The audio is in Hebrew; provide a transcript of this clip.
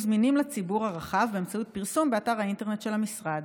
זמינים לציבור הרחב באמצעות פרסום באתר האינטרנט של המשרד.